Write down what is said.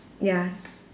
ya